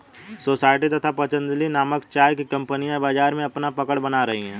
society तथा पतंजलि नामक चाय की कंपनियां बाजार में अपना पकड़ बना रही है